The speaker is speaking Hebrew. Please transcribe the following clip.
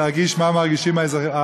להרגיש מה מרגישים האזרחים.